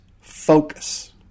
focus